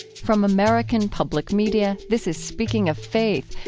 from american public media, this is speaking of faith,